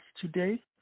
today